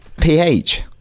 PH